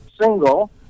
single